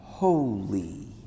Holy